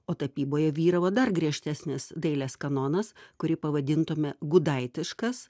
o tapyboje vyravo dar griežtesnis dailės kanonas kurį pavadintume gudaitiškas